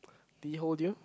did he hold you